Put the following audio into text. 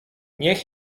niech